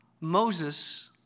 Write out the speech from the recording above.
Moses